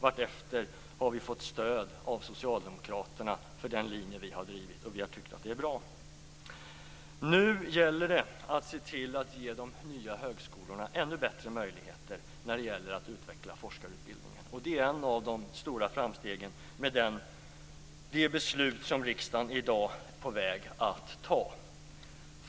Vartefter har vi fått stöd av Socialdemokraterna för den linje som vi har drivit, och vi har tyckt att det är bra. Nu gäller det att se till att ge de nya högskolorna ännu bättre möjligheter när det gäller att utveckla forskarutbildningen. Det är en av de stora framstegen med det beslut som riksdagen i dag är på väg att fatta.